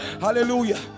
hallelujah